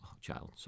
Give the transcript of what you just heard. child